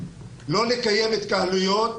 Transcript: לא לקיים התקהלויות,